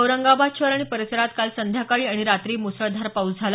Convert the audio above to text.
औरंगाबाद शहर आणि परिसरात काल संध्याकाळी आणि रात्री मुसळधार पाऊस झाला